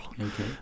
Okay